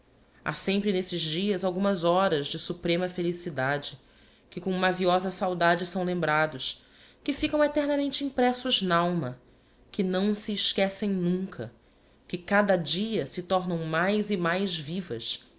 ha sempre nesses dias algumas horas de suprema felicidade que com maviosa saudade são lembrados que ficam eternamente impressos n'alma que nuo se esquecem nunca que cada dia se tornam mais e mais vivas